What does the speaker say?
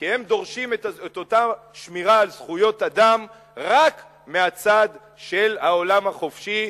כי הם דורשים את אותה שמירה על זכויות אדם רק מהצד של העולם החופשי